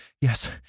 Yes